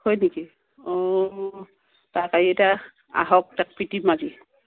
হয় নেকি অ তাক এতিয়া আহক তাক পিটিম আজি